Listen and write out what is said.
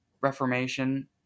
reformation